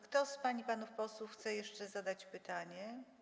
Ktoś z pań i panów posłów chce jeszcze zadać pytanie?